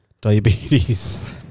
diabetes